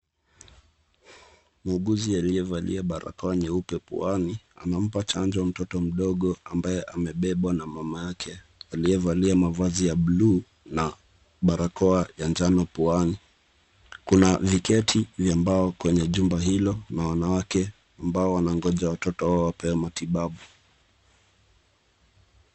Muuguzi aliyevalia barakoa nyeupe puani anampa chanjo mtoto mdogo ambaye amebebwa na mama yake aliyevalia mavazi ya bluu na barakoa ya njano puani. Kuna viketi vya mbao kwenye nyumba hiyo na wanawake ambao wanangoja watoto wao wapewe matibabu.